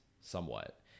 somewhat